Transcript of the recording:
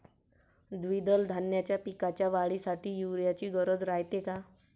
द्विदल धान्याच्या पिकाच्या वाढीसाठी यूरिया ची गरज रायते का?